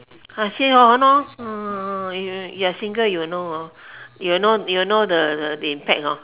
I say !hannor! you're single you will know hor you will know you will know the the impact hor